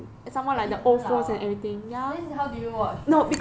a bit 很老 ah then how did you watch friends